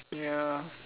ya